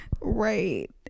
Right